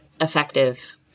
effective